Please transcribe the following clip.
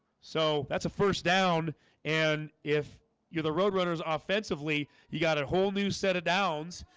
so that's a first down and if you're the roadrunners ah offensively. you got a whole new set of downs,